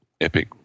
epic